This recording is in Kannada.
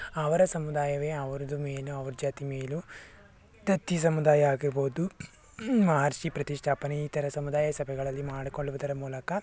ಅವರ ಸಮುದಾಯವೇ ಅವರದ್ದು ಮೇನು ಅವ್ರ ಜಾತಿ ಮೇಲು ಪ್ರತಿ ಸಮುದಾಯ ಆಗಿರ್ಬೋದು ಮಾಹರ್ಷಿ ಪ್ರತಿಷ್ಠಾಪನೆ ಈ ಥರ ಸಮುದಾಯ ಸಭೆಗಳಲ್ಲಿ ಮಾಡಿಕೊಳ್ಳುವುದರ ಮೂಲಕ